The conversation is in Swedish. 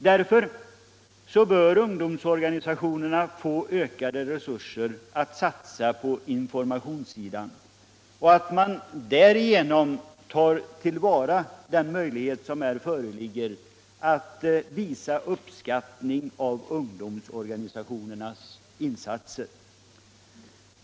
Därför bör ungdomsorganisationerna få ökade resurser att satsa på informationssidan. Därigenom tar vi till vara den möjlighet som här föreligger att visa uppskattning av ungdomsorganisationernas insatser.